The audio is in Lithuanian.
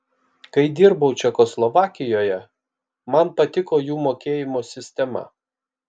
kai dirbau čekoslovakijoje man patiko jų mokėjimo sistema